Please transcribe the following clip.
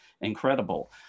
incredible